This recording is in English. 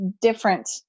different